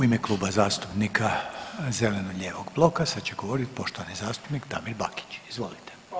U ime Kluba zastupnika zeleno-lijevog bloka sad će govorit poštovani zastupnik Damir Bakić, izvolite.